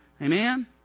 Amen